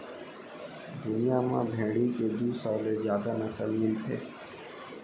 दुनिया म भेड़ी के दू सौ ले जादा नसल मिलथे